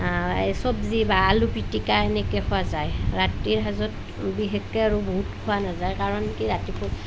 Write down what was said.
চব্জি বা আলু পিটিকা সেনেকৈ খোৱা যায় ৰাতিৰ সাজত বিশেষকৈ আৰু বহুত খোৱা নাযায় কাৰণ কি ৰাতিটো